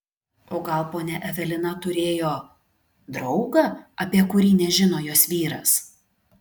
o gal ponia evelina turėjo draugą apie kurį nežino jos vyras